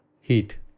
heat